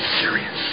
serious